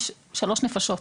והוקלדו 3 נפשות.